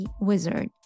Wizard